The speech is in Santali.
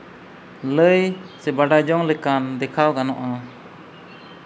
ᱞᱟᱹᱭ ᱥᱮ ᱵᱟᱰᱟᱭ ᱡᱚᱝ ᱞᱮᱠᱟᱱ ᱫᱮᱠᱷᱟᱣ ᱜᱟᱱᱚᱜᱼᱟ